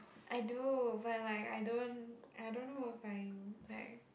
I do but like I don't I don't know what's mine like